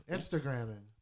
Instagramming